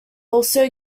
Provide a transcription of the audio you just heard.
also